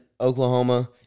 Oklahoma